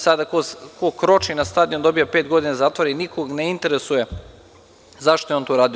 Sada ko kroči stadion dobije pet godina zatvora i nikog ne interesuje zašto je on to radio.